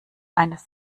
eines